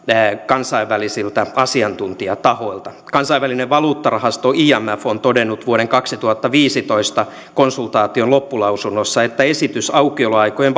kansainvälisiltä asiantuntijatahoilta kansainvälinen valuuttarahasto imf on todennut vuoden kaksituhattaviisitoista konsultaation loppulausunnossa että esitys aukioloaikojen